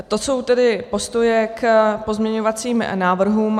To jsou tedy postoje k pozměňovacím návrhům.